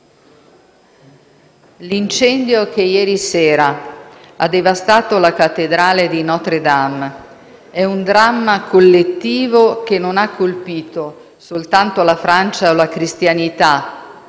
L'incendio che ieri sera ha devastato la cattedrale di Notre-Dame è un dramma collettivo che non ha colpito soltanto la Francia o la cristianità,